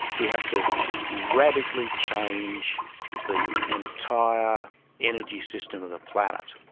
we have to radically change the entire energy system of the planet.